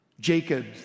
jacob